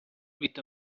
with